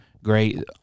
Great